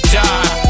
die